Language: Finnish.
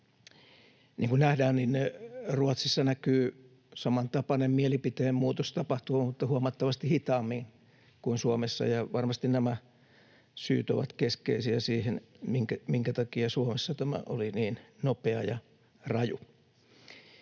Niin kuin nähdään, Ruotsissa näkyy samantapainen mielipiteen muutos tapahtuvan, mutta huomattavasti hitaammin kuin Suomessa, ja varmasti nämä syyt ovat keskeisiä siihen, minkä takia Suomessa tämä oli niin nopea ja raju.